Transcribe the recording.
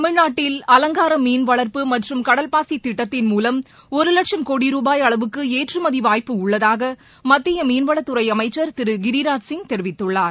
தமிழ்நாட்டில் அலங்கார மீன் வளர்ப்பு மற்றம் கடல்பாசி திட்டத்தின் மூலம் ஒரு லட்சம் கோடி ருபாய் அளவுக்கு ஏற்றுமதி வாய்ப்பு உள்ளதாக மத்திய மீன்வளத்துறை அமைச்சர் திரு கிரிராஜ் சிய் தெிவித்துள்ளார்